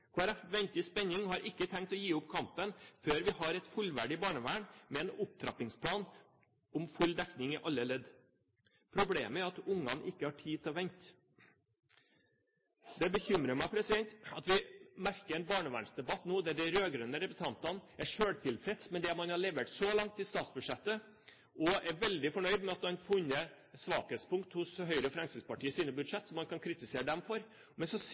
Folkeparti venter i spenning og har ikke tenkt å gi opp kampen før vi har et fullverdig barnevern med en opptrappingsplan om full dekning i alle ledd. Problemet er at ungene ikke har tid til å vente. Det bekymrer meg at vi merker en barnevernsdebatt der de rød-grønne representantene er selvtilfreds med det man har levert så langt i statsbudsjettet, og er veldig fornøyd med at man har funnet svakhetspunkt i Høyres og Fremskrittspartiets budsjetter, som man kan kritisere dem for, men så sier